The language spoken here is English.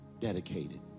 dedicated